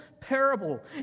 parable